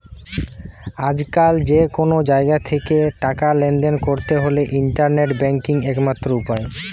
আজকাল যে কুনো জাগা থিকে টাকা লেনদেন কোরতে হলে ইন্টারনেট ব্যাংকিং একমাত্র উপায়